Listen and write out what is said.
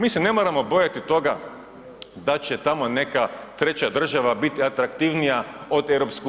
Mi se ne moramo bojati toga da će tamo neka treća država biti atraktivnija od EU.